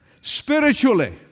spiritually